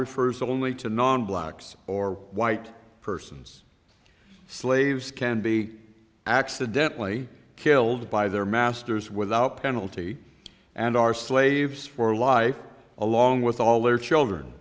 refers only to non blacks or white persons slaves can be accidentally killed by their masters without penalty and are slaves for life along with all their children